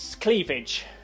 Cleavage